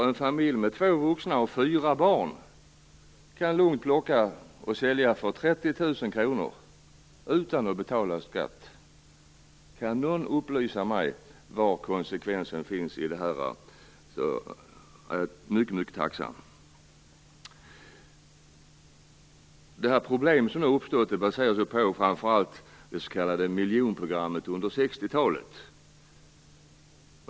En familj med två vuxna och fyra barn kan lugnt plocka och sälja för 30 000 kr utan att betala skatt. Om någon kan upplysa mig om var konsekvensen finns i detta är jag mycket tacksam. Det problem som nu har uppstått baserar sig framför allt på det s.k. miljonprogrammet under 60-talet.